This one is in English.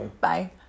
Bye